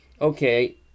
okay